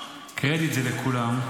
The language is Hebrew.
קרדיט לכולם,